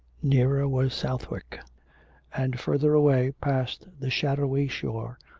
nearer was southwick and further away, past the shadowy shore,